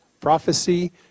prophecy